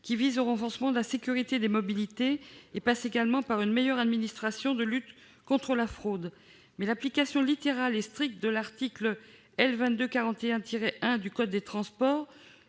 visant au renforcement de la sécurité des mobilités, qui passe également par une meilleure administration de la lutte contre la fraude. L'application littérale et stricte de l'article L. 2241-1 du code des transports